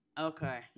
Okay